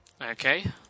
Okay